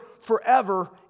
forever